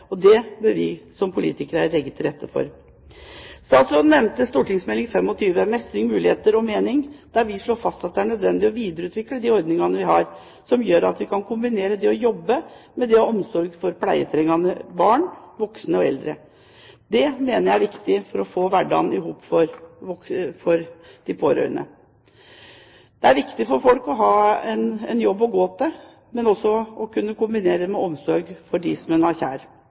beste. Det bør vi som politikere legge til rette for. Statsråden nevnte St.meld. nr. 25 for 2005–2006, Mestring, muligheter og mening, der det slås fast at det er nødvendig å videreutvikle de ordningene vi har, slik at vi kan kombinere det å jobbe med det å ha omsorg for pleietrengende barn, voksne og eldre. Det mener jeg er viktig for å få hverdagen til å gå i hop for de pårørende. Det er viktig for folk å ha en jobb å gå til, men også å kunne kombinere det med omsorg for